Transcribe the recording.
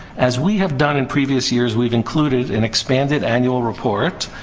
as we have done in previous years, we've included an expanded annual report